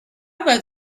about